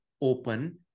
open